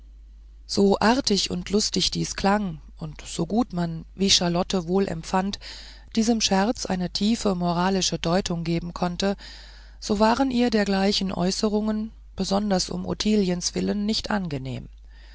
so artig und lustig dies klang und so gut man wie charlotte wohl empfand diesem scherz eine tiefe moralische deutung geben konnte so waren ihr dergleichen äußerungen besonders um ottiliens willen nicht angenehm